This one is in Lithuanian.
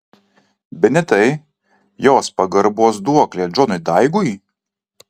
bene tai jos pagarbos duoklė džonui daigui